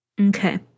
Okay